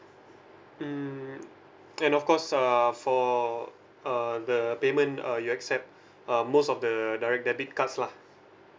mm and of course err for uh the payment uh you accept uh most of the direct debit cards lah